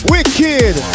Wicked